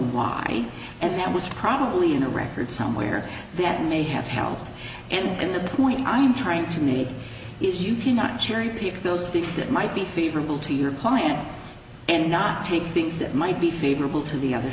why and that was probably in the record somewhere that may have helped and the point i'm trying to make if you cannot cherry pick those things that might be favorable to your client and not take things that might be favorable to the other